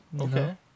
Okay